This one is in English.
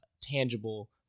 tangible